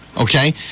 okay